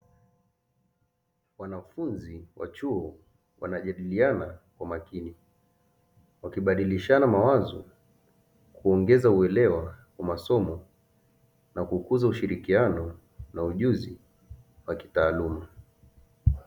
Wanafunzi wa chuo wanajadiliana kwa makini, wakibadilishana mawazo, kuongeza uelewa wa masomo na kukuza ushirikiano na ujuzi wa kitaaluma.